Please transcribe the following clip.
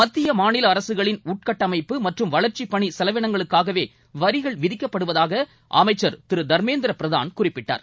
மத்திய மாநில அரசுகளின் உள்கட்டமைப்பு மற்றும் வளர்ச்சிப் பணி செலவினங்களுக்காகவே வரிகள் விதிக்கப்படுவதாக அமைச்சர் திரு தர்மேந்திர பிரதான் குறிப்பிட்டார்